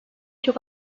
çok